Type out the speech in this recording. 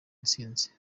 intsinzi